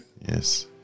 yes